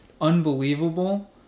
unbelievable